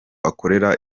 akorera